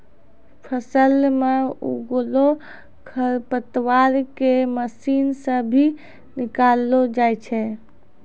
फसल मे उगलो खरपतवार के मशीन से भी निकालो जाय छै